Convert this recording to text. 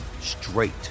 straight